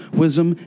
wisdom